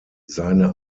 seine